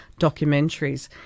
documentaries